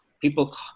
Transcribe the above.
People